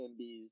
MBs